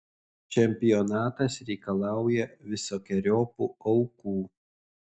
čempionatas reikalauja visokeriopų aukų